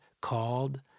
called